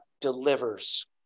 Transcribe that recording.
delivers